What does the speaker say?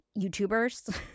YouTubers